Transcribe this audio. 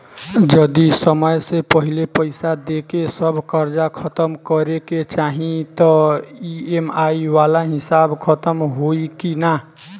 जदी समय से पहिले पईसा देके सब कर्जा खतम करे के चाही त ई.एम.आई वाला हिसाब खतम होइकी ना?